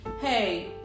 hey